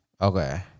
Okay